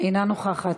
אינה נוכחת.